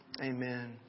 Amen